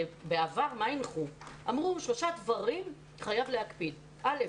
בעבר אמרו שעל שלושה דברים חייבים להקפיד ראשית,